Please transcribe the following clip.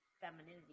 femininity